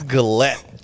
Galette